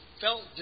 felt